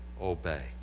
obey